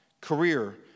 career